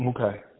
Okay